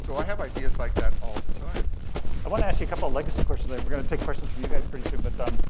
so i have ideas like that all the time. ph i wanna ask you a couple of legacy questions. and we're gonna take questions from you guys pretty soon. but um